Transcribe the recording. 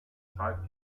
zeit